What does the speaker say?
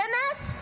זה נס.